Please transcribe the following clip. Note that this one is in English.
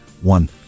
One